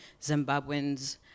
Zimbabweans